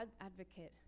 advocate